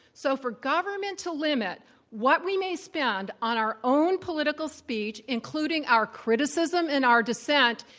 so, for government to limit what we may spend on our own political speech, including our criticism and our dissent,